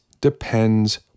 depends